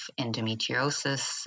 endometriosis